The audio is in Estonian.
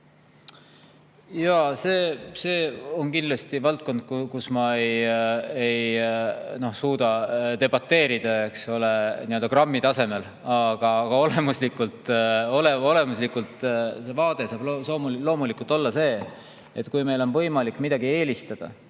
See on kindlasti valdkond, kus ma ei suuda debateerida, eks ole, grammi tasemel. Aga olemuslikult saab see vaade loomulikult olla selline, et kui meil on võimalik midagi eelistada,